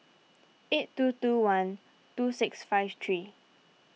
eight two two one two six five three